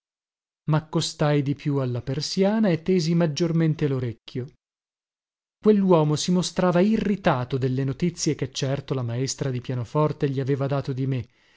me maccostai di più alla persiana e tesi maggiormente lorecchio quelluomo si mostrava irritato delle notizie che certo la maestra di pianoforte gli aveva dato di me